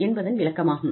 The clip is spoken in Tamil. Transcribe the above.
என்பதன் விளக்கமாகும்